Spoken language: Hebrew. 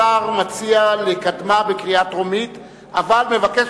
השר מציע לקדמה בקריאה טרומית אבל מבקש